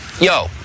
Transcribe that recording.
Yo